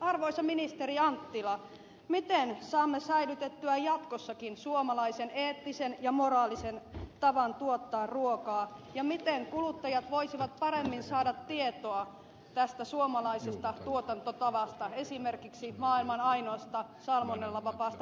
arvoisa ministeri anttila miten saamme säilytettyä jatkossakin suomalaisen eettisen ja moraalisen tavan tuottaa ruokaa ja miten kuluttajat voisivat paremmin saada tietoa tästä suomalaisesta tuotantotavasta esimerkiksi maailman ainoasta salmonellavapaasta possusta